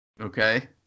Okay